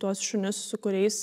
tuos šunis su kuriais